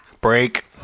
Break